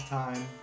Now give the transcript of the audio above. time